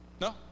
No